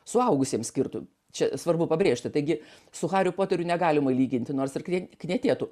suaugusiems skirtų čia svarbu pabrėžti taigi su hariu poteriu negalima lyginti nors ir knietėtų